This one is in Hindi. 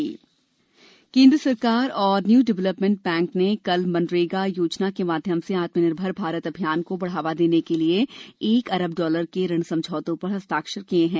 मनरेगा केन्द्र सरकार और न्यू डेवलपमेंट बैंक ने कल मनरेगा योजना के माध्यम से आत्मनिर्भर भारत अभियान को बढ़ावा देने के लिए एक अरब डॉलर के ऋण समझौते पर हस्ताक्षर किए हैं